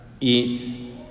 eat